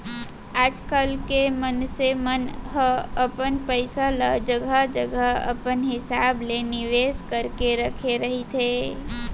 आजकल के मनसे मन ह अपन पइसा ल जघा जघा अपन हिसाब ले निवेस करके रखे रहिथे